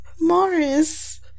Morris